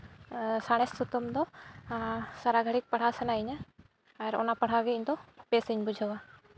ᱥᱟᱬᱮᱥ ᱥᱟᱛᱟᱢ ᱫᱚ ᱥᱟᱨᱟ ᱜᱷᱟᱹᱲᱤᱡ ᱯᱟᱲᱦᱟᱣ ᱥᱟᱱᱟᱭᱤᱧᱟ ᱟᱨ ᱚᱱᱟ ᱯᱟᱲᱦᱟᱣ ᱜᱮ ᱤᱧᱫᱚ ᱵᱮᱹᱥ ᱤᱧ ᱵᱩᱡᱷᱟᱹᱣᱟ